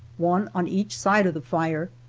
one on each side of the fire,